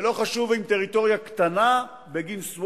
ולא חשוב אם טריטוריה קטנה בגין swap